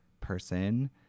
person